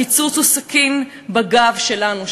הקיצוץ הוא סכין בגב שלנו,